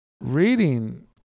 reading